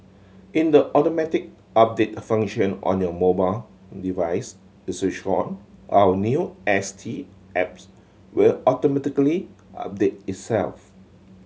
in the automatic update function on your mobile device is switched on our new S T apps will automatically update itself